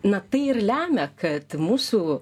na tai ir lemia kad mūsų